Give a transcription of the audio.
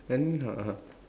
then (uh huh) (uh huh)